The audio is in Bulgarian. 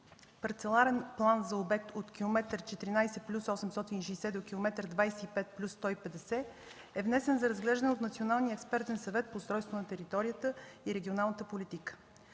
парцеларен план за обект от километър 14 плюс 860 до километър 25 плюс 150 е внесен за разглеждане от Националния експертен съвет по устройство на територията и регионалната политика.